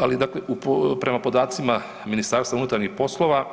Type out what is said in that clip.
Ali dakle prema podacima MUP-a